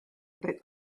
about